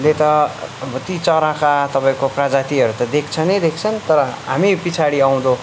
ले त अब ती चराका तपाईँको प्रजातिहरू त देख्छन् नै देख्छन् त हामी पछाडि आउँदो